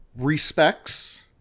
respects